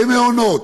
במעונות,